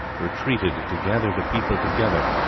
retreated, to gather the people together